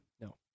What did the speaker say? No